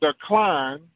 decline